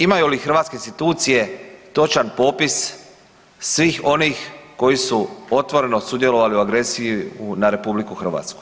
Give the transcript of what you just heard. Imaju li hrvatske institucije točan popis svih onih koji su otvoreno sudjelovali u agresiji na RH?